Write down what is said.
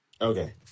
Okay